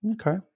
Okay